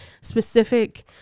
specific